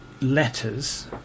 letters